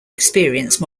experience